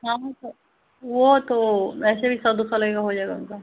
हाँ हाँ तो वह तो वैसे भी सौ दो सौ लगेगा हो जाएगा उनका